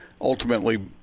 ultimately